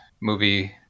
movie